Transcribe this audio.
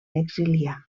exiliar